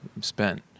spent